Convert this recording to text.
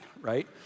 right